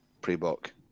pre-book